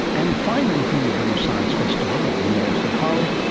and finally from the british science festival at the university of hull,